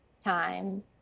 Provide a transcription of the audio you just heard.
time